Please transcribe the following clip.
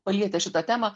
palietę šitą temą